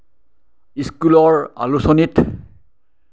স্কুলৰ আলোচনীত